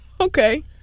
Okay